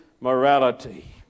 morality